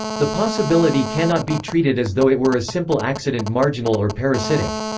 the possibility cannot be treated as though it were a simple accident-marginal or parasitic.